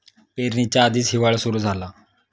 पेरणीच्या आधीच हिवाळा सुरू झाला